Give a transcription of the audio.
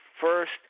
first